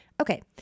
Okay